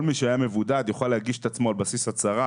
כל מי שהיה מבודד יוכל להגיש את עצמו על בסיס הצהרה